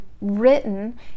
written